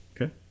Okay